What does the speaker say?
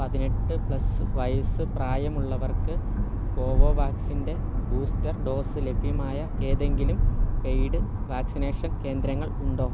പതിനെട്ട് പ്ലസ് വയസ്സ് പ്രായമുള്ളവർക്ക് കോവോവാക്സിൻ്റെ ബൂസ്റ്റർ ഡോസ് ലഭ്യമായ ഏതെങ്കിലും പെയ്ഡ് വാക്സിനേഷൻ കേന്ദ്രങ്ങൾ ഉണ്ടോ